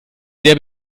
sehr